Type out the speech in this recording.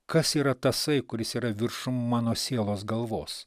kas yra tasai kuris yra viršum mano sielos galvos